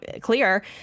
clear